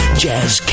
jazz